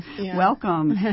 welcome